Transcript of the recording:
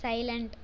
silent